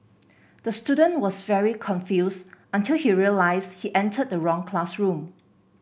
the student was very confused until he realised he entered the wrong classroom